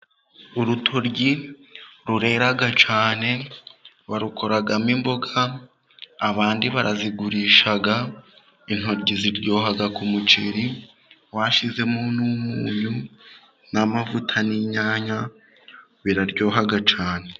Urutoryi rurera cyane, barukoramo imboga, abandi barazigurisha, intoki ziryoha ku muceri, washizemo n'umunyu n'amavuta n'inyanya, biraryoha cyane.